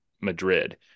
Madrid